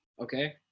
okay